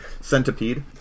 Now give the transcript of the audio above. centipede